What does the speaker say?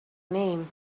name